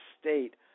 state